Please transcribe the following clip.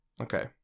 Okay